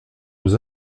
aux